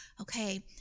okay